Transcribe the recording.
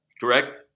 Correct